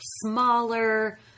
smaller